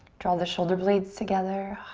draw the shoulder blades together